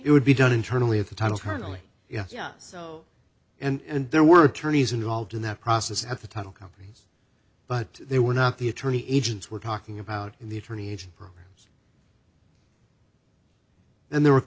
it would be done internally at the title currently yes yes so and there were attorneys involved in that process at the title company but they were not the attorney agents we're talking about in the attorney agent programs and there were